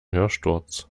hörsturz